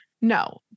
No